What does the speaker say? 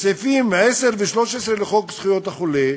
סעיפים 10 ו-13 לחוק זכויות החולה,